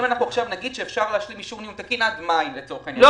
נאמר שאפשר להשלים אישור תקין עד מאי- -- לא